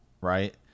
right